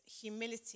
humility